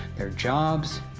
their jobs,